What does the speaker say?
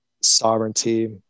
sovereignty